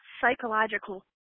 psychological